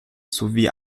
sowie